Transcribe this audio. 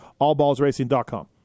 allballsracing.com